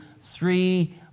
three